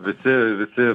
visi visi